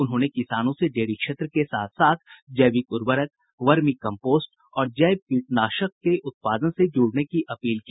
उन्होंने किसानों से डेयरी क्षेत्र के साथ साथ जैविक उर्वरक वर्मी कम्पोस्ट और जैव कीटनाशक के उत्पादन से जुड़ने की अपील की